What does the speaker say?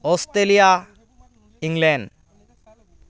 Australia England